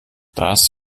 das